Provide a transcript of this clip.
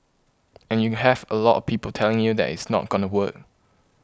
and you have a lot of people telling you that it's not gonna work